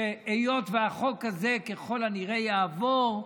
והיות שהחוק הזה ככל הנראה יעבור,